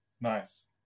nice